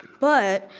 but,